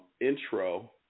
intro